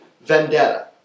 vendetta